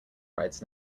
rides